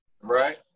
Right